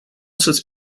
such